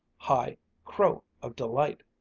high crow of delight.